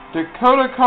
Dakota